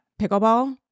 Pickleball